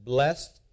Blessed